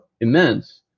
immense